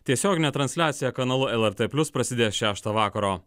tiesioginė transliacija kanalu lrt plius prasidės šeštą vakaro